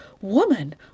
woman